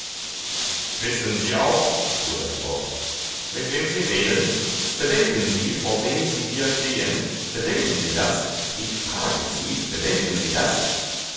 wissen sie auch fuhr er fort mit wem sie reden bedenken sie vor wem sie hier stehen bedenken sie das ich frage sie bedenken sie das